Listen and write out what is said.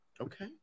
Okay